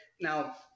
Now